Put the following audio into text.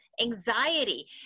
anxiety